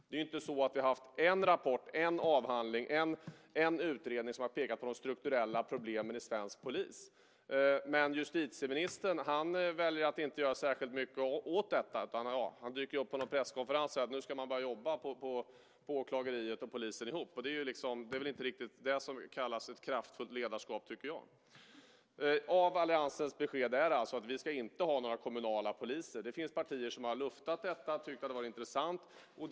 Det är ju inte så att vi har haft en rapport, en avhandling och en utredning där det pekas på de strukturella problemen inom svenska polisen. Justitieministern väljer att inte göra särskilt mycket åt detta. Han dyker upp på någon presskonferens och säger att nu ska "åklageriet" och polisen börja jobba ihop. Men det är väl inte riktigt det som ska kallas för ett kraftfullt ledarskap, tycker jag. Alliansens besked är alltså att vi inte ska ha några kommunala poliser. Det finns partier som har luftat detta och tyckt att det hade varit intressant.